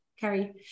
Carrie